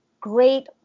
great